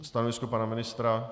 Stanovisko pana ministra?